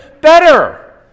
better